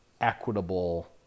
equitable